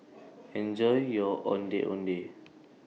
Enjoy your Ondeh Ondeh